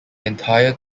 entire